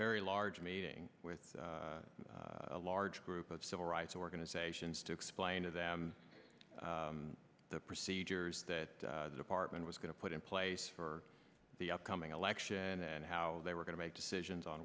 very large meeting with a large group of civil rights organizations to explain to them the procedures that the department was going to put in place for the upcoming election and how they were going to make decisions on